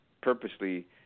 purposely